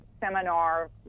seminar